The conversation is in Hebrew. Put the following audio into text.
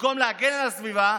במקום להגן על הסביבה,